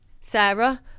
Sarah